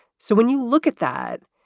so when you look at that,